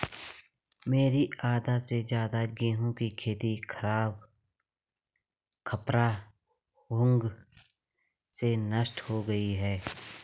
मेरी आधा से ज्यादा गेहूं की खेती खपरा भृंग से नष्ट हो गई